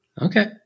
Okay